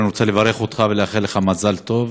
אני רוצה לברך אותך ולאחל לך מזל טוב.